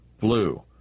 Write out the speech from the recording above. blue